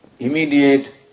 immediate